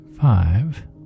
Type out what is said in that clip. five